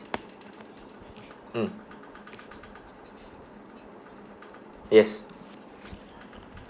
mm yes